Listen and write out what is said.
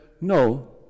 No